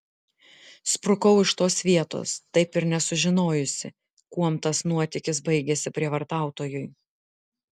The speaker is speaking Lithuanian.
sprukau iš tos vietos taip ir nesužinojusi kuom tas nuotykis baigėsi prievartautojui